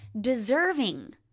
deserving